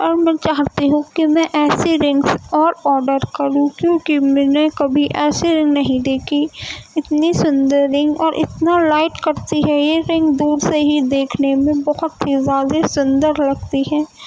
اور میں چاہتی ہوں کہ میں ایسی رنگس اور آڈر کروں کیونکہ میں نے کبھی ایسی رنگ نہیں دیکھی اتنی سندر رنگ اور اتنا لائٹ کرتی ہے یہ رنگ دور سے ہی دیکھنے میں بہت ہی زیادہ سندر لگتی ہے